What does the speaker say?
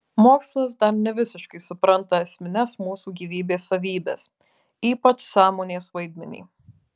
mokslas dar nevisiškai supranta esmines mūsų gyvybės savybes ypač sąmonės vaidmenį